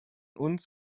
uns